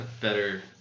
Better